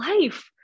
life